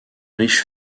riche